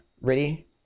Ready